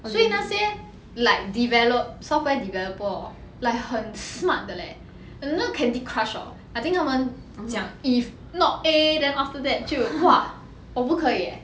所以那些 like develop software developer hor like 很 smart 的 leh and 那个 candy crush hor I think 他们讲 if not a then after that 就 !wah! 我不可以 leh